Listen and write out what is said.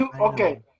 okay